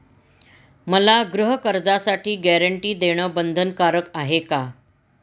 मला गृहकर्जासाठी गॅरंटी देणं बंधनकारक आहे का?